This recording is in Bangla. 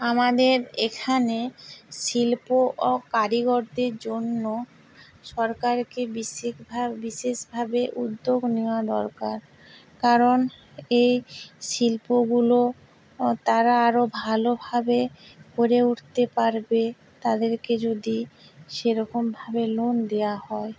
আমাদের এখানে শিল্প ও কারিগরদের জন্য সরকারকে বিশেকভা বিশেষভাবে উদ্যোগ নেওয়া দরকার কারণ এই শিল্পগুলো তারা আরও ভালোভাবে করে উঠতে পারবে তাদেরকে যদি সেরকমভাবে লোন দেওয়া হয়